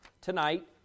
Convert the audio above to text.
tonight